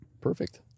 Perfect